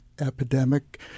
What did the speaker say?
epidemic